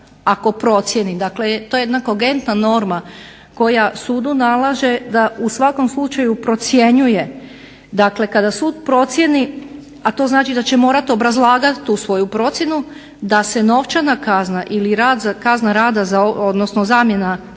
ako procjeni, dakle to je jedna kogentna norma koja sudu nalaže da u svakom slučaju procjenjuje. Dakle, kada sud procijeni, a to znači da će morati obrazlagati tu svoju procjenu da se novčana kazna ili kazna rada, odnosno zamjena